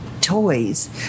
toys